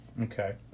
Okay